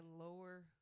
lower